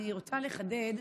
אני רוצה לחדד,